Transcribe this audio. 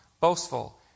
boastful